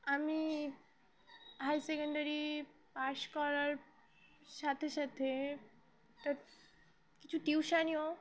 আমি higher secondary pass করার সাথে সাথে তার কিছু টিউশানও